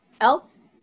else